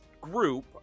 group